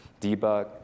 debug